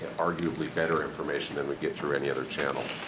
arguably, better information then we get through any other channel.